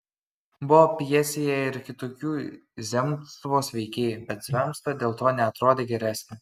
buvo pjesėje ir kitokių zemstvos veikėjų bet zemstva dėl to neatrodė geresnė